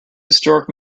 historic